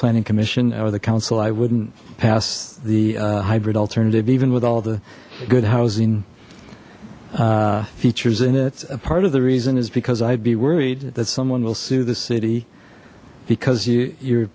planning commission or the council i wouldn't pass the hybrid alternative even with all the good housing features in it a part of the reason is because i'd be worried that someone will sue the city because you you're